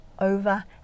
over